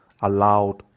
allowed